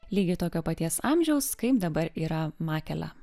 lygiai tokio paties amžiaus kaip dabar yra makele